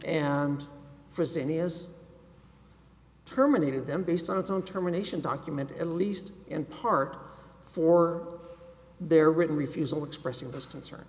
and fresenius terminated them based on its own terminations document at least in part for their written refusal expressing his concern